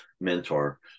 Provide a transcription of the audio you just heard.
mentor